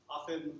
Often